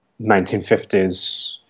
1950s